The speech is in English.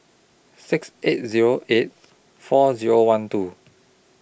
six eight Zero eight four Zero one two